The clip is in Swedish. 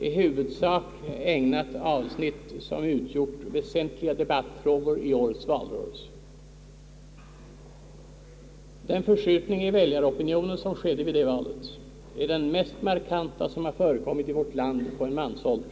i huvudsak ägnat avsnitt som utgjort väsentliga debattfrågor i årets valrörelse. Den förskjutning i väljaropinionen som skedde vid detta val är den mest markanta som har förekommit i vårt land på en mansålder.